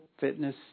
fitness